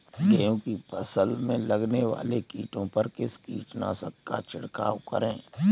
गेहूँ की फसल में लगने वाले कीड़े पर किस कीटनाशक का छिड़काव करें?